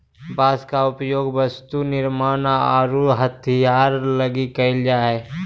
बांस के उपयोग वस्तु निर्मान आऊ हथियार लगी कईल जा हइ